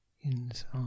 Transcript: inside